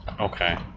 Okay